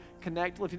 connect